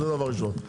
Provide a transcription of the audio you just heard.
זה דבר ראשון.